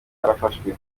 barafashwe